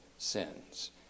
sins